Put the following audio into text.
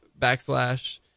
backslash